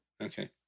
Okay